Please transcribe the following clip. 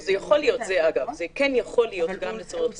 זה כן יכול להיות גם לצורך זה.